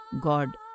God